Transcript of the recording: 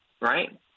right